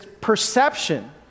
perception